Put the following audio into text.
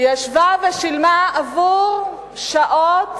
היא ישבה ושילמה עבור שעות